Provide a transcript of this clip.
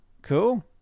Cool